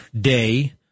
day